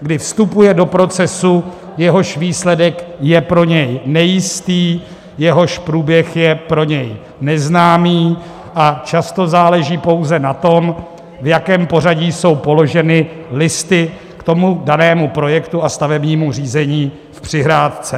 kdy vstupuje do procesu, jehož výsledek je pro něj nejistý, jehož průběh je pro něj neznámý, a často záleží pouze na tom, v jakém pořadí jsou položeny listy k tomu danému projektu a stavebnímu řízení v přihrádce.